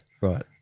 Right